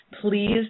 Please